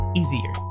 easier